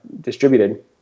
distributed